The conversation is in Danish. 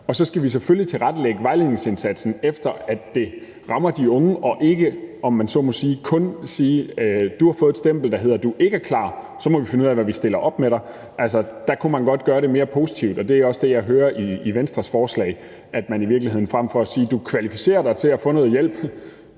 og så skal vi selvfølgelig tilrettelægge vejledningsindsatsen sådan, at den rammer de unge, og vi skal ikke, om man så må sige, kun sige: Du har fået et stempel, der siger, at du ikke er klar; så må vi finde ud af, hvad vi stiller op med dig. Altså, der kunne man godt gøre det mere positivt, og det er også det, jeg hører i Venstres forslag, nemlig at man i virkeligheden ikke skal sige: Du kvalificerer dig til at få noget hjælp